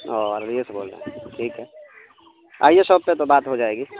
اور عویے سے بولیں ٹھیک ہے آئیے شاپ پہ تو بات ہو جائے گی